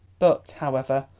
but, however,